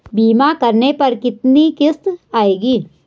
बीमा करने पर कितनी किश्त आएगी?